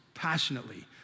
passionately